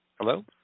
Hello